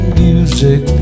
music